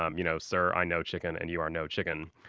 um you know sir, i know chicken, and you are no chicken.